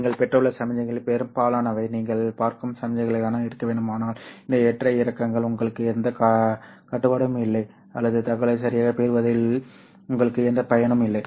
நீங்கள் பெற்றுள்ள சமிக்ஞைகளில் பெரும்பாலானவை நீங்கள் பார்க்கும் சமிக்ஞைகளாக இருக்க வேண்டும் ஆனால் இந்த ஏற்ற இறக்கங்கள் உங்களுக்கு எந்த கட்டுப்பாடும் இல்லை அல்லது தகவலை சரியாகப் பெறுவதில் உங்களுக்கு எந்தப் பயனும் இல்லை